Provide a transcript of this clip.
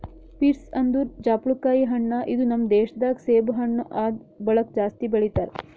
pears ಅಂದುರ್ ಜಾಪುಳಕಾಯಿ ಹಣ್ಣ ಇದು ನಮ್ ದೇಶ ದಾಗ್ ಸೇಬು ಹಣ್ಣ ಆದ್ ಬಳಕ್ ಜಾಸ್ತಿ ಬೆಳಿತಾರ್